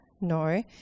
no